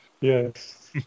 yes